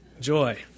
Joy